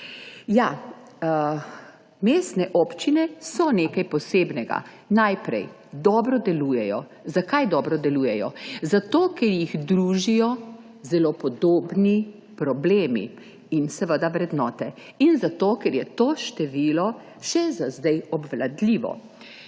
Ja, mestne občine so nekaj posebnega. Najprej: dobro delujejo. Zakaj dobro delujejo? Zato ker jih družijo zelo podobni problemi in seveda vrednote in zato ker je to število za zdaj še obvladljivo.